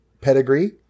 pedigree